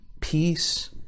peace